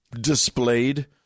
displayed